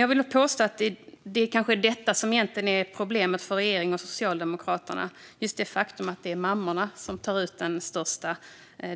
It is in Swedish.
Jag vill påstå att problemet för regeringen och Socialdemokraterna egentligen kanske är just det faktum att det är mammorna som tar ut den största